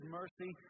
mercy